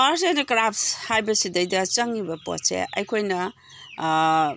arts and craft ꯍꯥꯏꯕꯁꯤꯗꯩꯗ ꯆꯪꯉꯤꯕ ꯄꯣꯠꯁꯦ ꯑꯩꯈꯣꯏꯅ